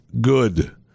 good